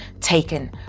taken